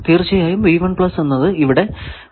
തീർച്ചയായും എന്നത് ഇവിടെ ആകും